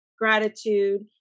gratitude